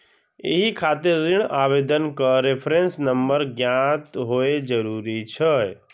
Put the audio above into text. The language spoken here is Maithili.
एहि खातिर ऋण आवेदनक रेफरेंस नंबर ज्ञात होयब जरूरी छै